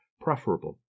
preferable